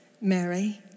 Mary